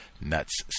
nuts